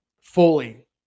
fully